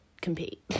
compete